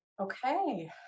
Okay